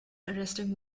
arresting